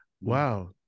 Wow